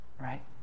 right